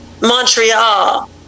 Montreal